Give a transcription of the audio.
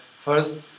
First